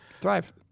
Thrive